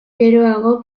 geroago